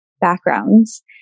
backgrounds